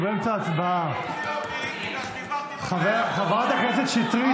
נגד מכלוף מיקי זוהר,